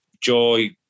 Joy